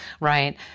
right